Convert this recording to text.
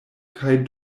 kaj